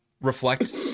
reflect